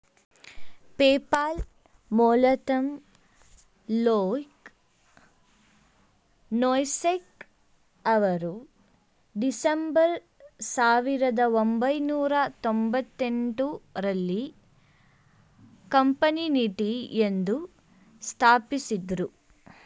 PayPal ಮೂಲತಃ Luke Nosek ಅವರು December ಸಾವಿರದ ಒಂಬೈನೂರ ತೊಂಭತ್ತೆಂಟು ರಲ್ಲಿ ಕಾನ್ಫಿನಿಟಿ ಎಂದು ಸ್ಥಾಪಿಸಿದ್ದ್ರು